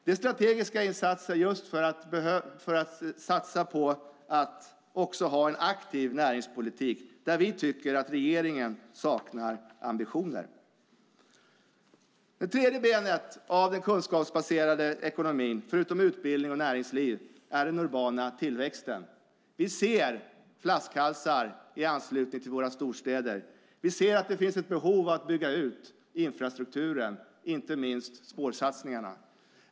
Det är strategiska insatser just för att satsa på att också ha en aktiv näringspolitik, där vi tycker att regeringen saknar ambitioner. Det tredje benet av den kunskapsbaserade ekonomin, förutom utbildning och näringsliv, är den urbana tillväxten. Vi ser flaskhalsar i anslutning till våra storstäder. Vi ser att det finns ett behov av att bygga ut infrastrukturen, inte minst spårsatsningarna.